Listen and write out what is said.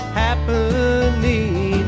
happening